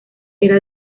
era